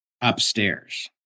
upstairs